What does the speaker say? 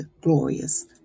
glorious